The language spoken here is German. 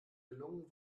gelungen